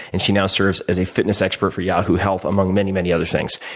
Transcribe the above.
and she now serves as a fitness expert for yahoo! health, among many, many other things.